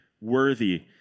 worthy